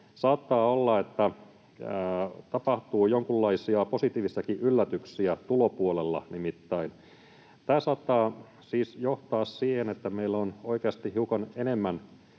saattaa olla, että siellä tapahtuu jonkunlaisia positiivisiakin yllätyksiä, tulopuolella nimittäin. Tämä saattaa siis johtaa siihen, että meillä on oikeasti hiukan enemmän